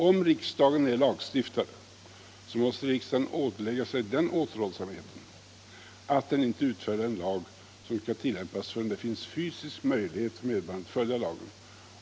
Om riksdagen är lagstiftare måste riksdagen ålägga sig den återhållsamheten att den inte utfärdar en lag som kan tillämpas förrän det finns fysisk möjlighet för medborgarna att följa lagen.